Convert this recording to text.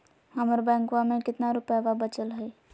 हमर बैंकवा में कितना रूपयवा बचल हई?